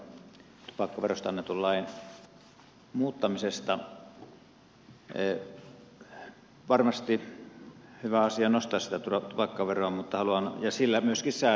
varmasti on hyvä asia nostaa sitä tupakkaveroa ja sillä myöskin säädellä sitä